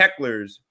hecklers